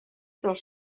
dels